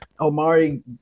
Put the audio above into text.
Omari